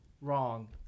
Wrong